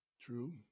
True